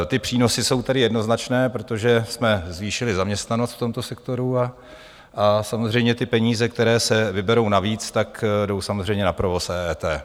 Ty přínosy jsou tedy jednoznačné, protože jsme zvýšili zaměstnanost v tomto sektoru a samozřejmě ty peníze, které se vyberou navíc, tak jdou na provoz EET.